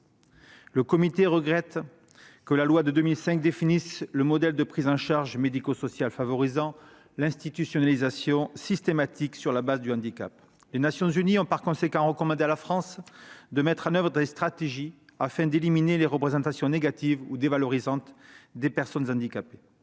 Le Comité regrette par ailleurs que la loi de 2005 définisse un « modèle de prise en charge médico-sociale » favorisant l'institutionnalisation systématique sur la base du handicap. Les Nations unies ont, par conséquent, recommandé à la France de mettre en oeuvre des stratégies afin d'éliminer les représentations négatives ou dévalorisantes des personnes handicapées.